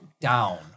down